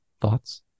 Thoughts